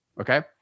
Okay